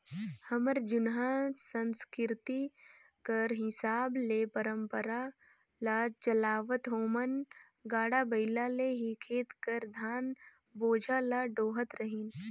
हमर जुनहा संसकिरती कर हिसाब ले परंपरा ल चलावत ओमन गाड़ा बइला ले ही खेत कर धान बोझा ल डोहत रहिन